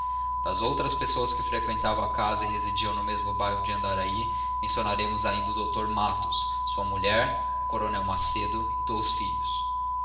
das outras pessoas que freqüentavam a casa e residiam no mesmo bairro de andaraí mencionaremos